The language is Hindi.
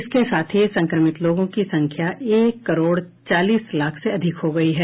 इसके साथ ही संक्रमित लोगों की संख्या एक करोड चालीस लाख से अधिक हो गई है